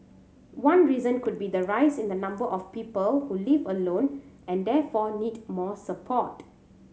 one reason could be the rise in the number of people who live alone and therefore need more support